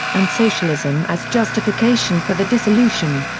and socialism as justification for the dissolution.